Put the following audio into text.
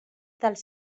dels